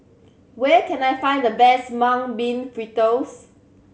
where can I find the best Mung Bean Fritters